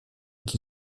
qui